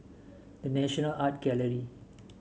The National Art Gallery